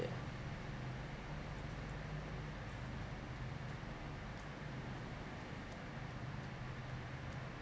yeah